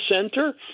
center